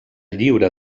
lliure